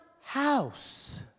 house